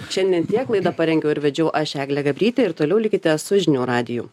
šiandien tiek laidą parengiau ir vedžiau aš eglė gabrytė ir toliau likite su žinių radiju